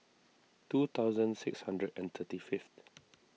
two thousand six hundred and thirty fifth